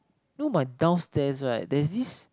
know my downstairs right there this